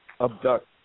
abduct